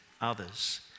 others